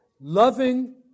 Loving